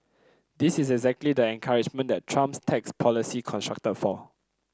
this is exactly the encouragement that Trump's tax policy constructed for